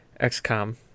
XCOM